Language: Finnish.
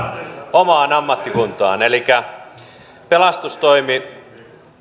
omaan ammattikuntaan elikkä pelastustoimi